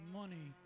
money